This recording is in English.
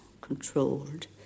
controlled